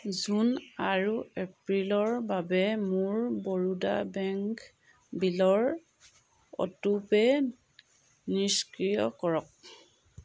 June আৰু এপ্ৰিলৰ বাবে মোৰ বৰোদা বেংক বিলৰ অটোপে' নিষ্ক্ৰিয় কৰক